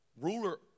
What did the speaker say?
ruler